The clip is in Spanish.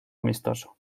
amistoso